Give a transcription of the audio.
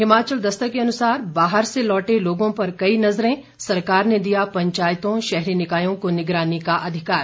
हिमाचल दस्तक के अनुसार बाहर से लौटे लोगों पर कई नज़रें सरकार ने दिया पंचायतों शहरी निकायों को निगरानी का अधिकार